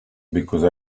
because